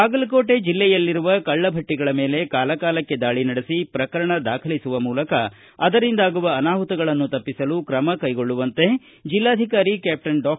ಬಾಗಲಕೋಟೆ ಜಲ್ಲೆಯಲ್ಲಿರುವ ಕಳ್ಳಭಟ್ಟಿಗಳ ಮೇಲೆ ಕಾಲ ಕಾಲಕ್ಕೆ ದಾಳಿ ನಡೆಸಿ ಪ್ರಕರಣ ದಾಖಲಿಸುವ ಮೂಲಕ ಅದರಿಂದಾಗುವ ಅನಾಹುತಗಳನ್ನು ತಪ್ಪಿಸಲು ಕ್ರಮಕೈಗೊಳ್ಳುವಂತೆ ಜಿಲ್ಲಾಧಿಕಾರಿ ಕ್ಯಾಪ್ಟನ್ ಡಾ